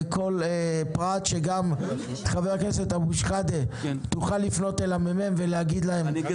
וכל פרט שגם חבר הכנסת אבו שחאדה תוכל לפנות אליהם עם מידע,